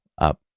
up